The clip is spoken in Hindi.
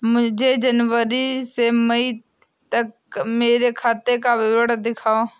मुझे जनवरी से मई तक मेरे खाते का विवरण दिखाओ?